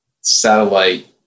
satellite